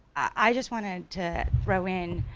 i just wanted to throw in,